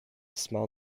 small